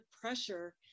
pressure